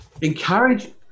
encourage